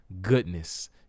goodness